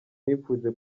nifuje